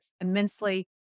immensely